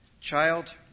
Child